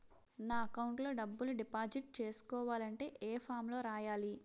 నా అకౌంట్ లో డబ్బులు డిపాజిట్ చేసుకోవాలంటే ఏ ఫామ్ లో రాయాలి?